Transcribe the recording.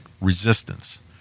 resistance